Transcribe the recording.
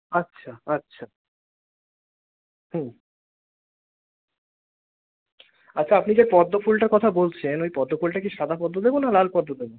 আচ্ছা আচ্ছা হুম আচ্ছা আপনি যে পদ্মফুলটার কথা বলছেন ওই পদ্মফুলটা কি সাদা পদ্ম দেব না লাল পদ্ম দেব